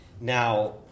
Now